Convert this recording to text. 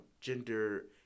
gender